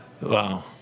Wow